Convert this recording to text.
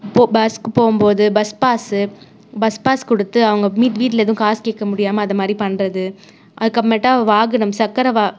போ பஸ்க்கு போகும்போது பஸ் பாஸ் பஸ் பாஸ் கொடுத்து அவங்க மீட் வீட்டில் ஏதும் காசு கேட்க முடியாமல் அதை மாதிரி பண்ணுறது அதுக்கப்புறமேட்டா வாகனம் சக்கர வா